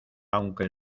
aunque